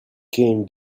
came